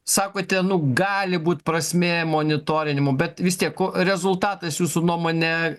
sakote nu gali būt prasmė monitorinimo bet vis tiek ko rezultatas jūsų nuomone